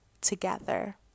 together